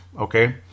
okay